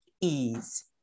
ease